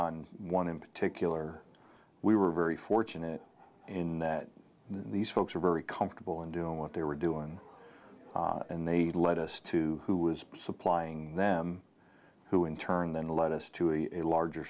on one in particular we were very fortunate in that these folks were very comfortable in doing what they were doing and they led us to who was supplying them who in turn then led us to a larger